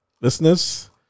Listeners